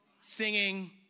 Singing